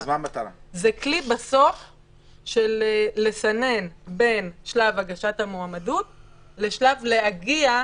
זה כלי סינון בין שלב הגשת המועמדות לשלב ההגעה